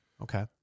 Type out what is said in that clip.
Okay